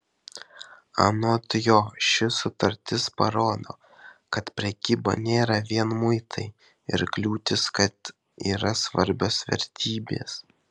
anot jo ši sutartis parodo kad prekyba nėra vien muitai ir kliūtys kad yra svarbios vertybės